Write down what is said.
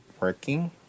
working